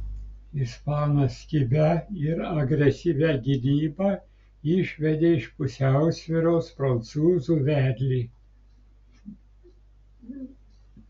ispanas kibia ir agresyvia gynyba išvedė iš pusiausvyros prancūzų vedlį